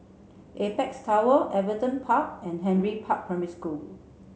Apex Tower Everton Park and Henry Park Primary School